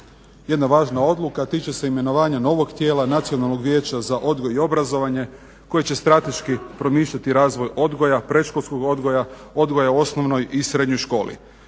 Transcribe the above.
jedna važna odluka, tiče se imenovanja novog tijela, Nacionalnog vijeća za odgoj i obrazovanje koje će strateški promišljati razvoj odgoja, predškolskog odgoja, odgoja u osnovnoj i srednjoj školi.